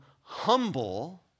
humble